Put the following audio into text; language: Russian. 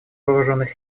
вооруженных